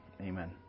amen